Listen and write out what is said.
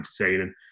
entertaining